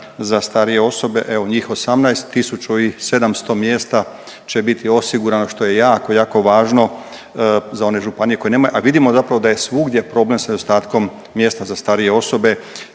za starije osobe. Evo njih 18000 ovih 700 mjesta će biti osigurano što je jako, jako važno za one županije koje nemaju, a vidimo zapravo da je svugdje problem sa nedostatkom mjesta za starije osobe.